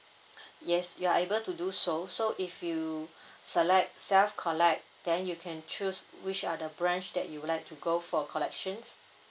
yes you are able to do so so if you select self collect then you can choose which are the branch that you would like to go for collections